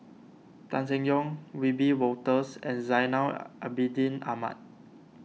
Tan Seng Yong Wiebe Wolters and Zainal Abidin Ahmad